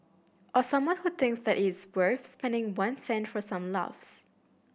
or someone who thinks that it is worth spending one cent for some laughs